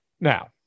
Now